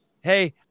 Hey